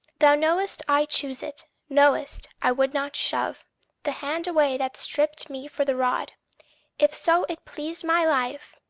thou know'st i choose it know'st i would not shove the hand away that stripped me for the rod if so it pleased my life,